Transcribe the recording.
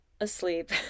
asleep